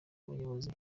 ubuyobozi